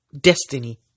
destiny